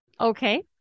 Okay